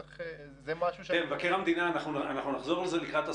אנחנו נחזור לזה לקראת הסוף.